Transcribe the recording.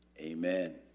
amen